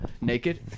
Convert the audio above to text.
naked